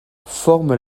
forme